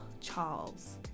charles